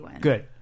Good